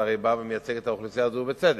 הרי אתה בא ומייצג את האוכלוסייה הזאת ובצדק,